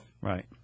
Right